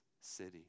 city